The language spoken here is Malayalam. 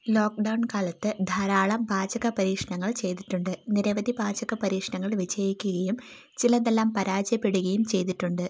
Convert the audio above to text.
ലോക്ക്ഡൗൺ കാലത്ത് ധാരാളം പാചക പരീക്ഷണങ്ങൾ ചെയ്തിട്ടുണ്ട് നിരവധി പാചക പരീക്ഷണങ്ങൾ വിജയിക്കുകയും ചിലതെല്ലാം പരാജയപ്പെടുകയും ചെയ്തിട്ടുണ്ട്